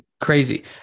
crazy